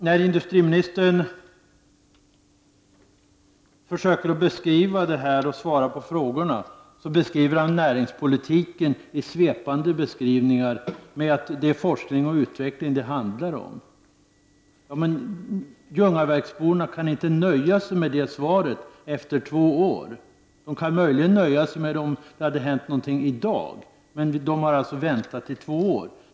När industriministern försöker besvara frågorna så beskriver han näringspolitiken i svepande ordalag och säger att det är forskning och utveckling det handlar om. Men Ljungaverksborna kan inte efter två år nöja sig med det svaret! De skulle möjligen kunna nöja sig med ett sådant svar om något hade hänt i dag — men de har ju väntat i två år nu.